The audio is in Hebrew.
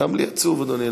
גם לי עצוב, אדוני.